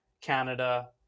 Canada